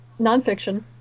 nonfiction